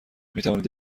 میتوانید